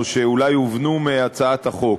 או שאולי הובנו מהצעת החוק.